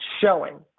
showing